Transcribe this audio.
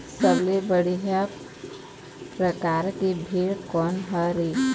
सबले बढ़िया परकार के भेड़ कोन हर ये?